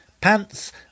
pants